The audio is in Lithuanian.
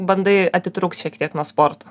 bandai atitrūkt šiek tiek nuo sporto